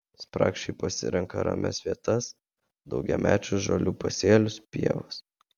spragšiai pasirenka ramias vietas daugiamečių žolių pasėlius pievas